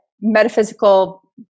metaphysical